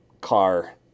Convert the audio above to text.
car